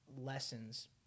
lessons